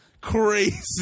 Crazy